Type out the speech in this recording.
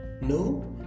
no